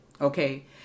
Okay